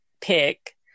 pick